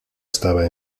estaba